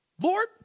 Lord